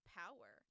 power